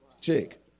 chick